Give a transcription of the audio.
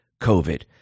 covid